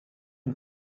une